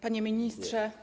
Panie Ministrze!